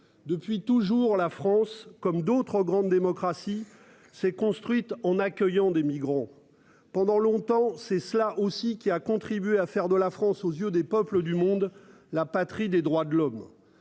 Depuis toujours, la France comme d'autres grandes démocraties s'est construite en accueillant des migrants. Pendant longtemps, c'est cela aussi qui a contribué à faire de la France aux yeux des peuples du monde. La patrie des droits de l'homme